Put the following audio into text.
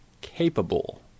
capable